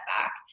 back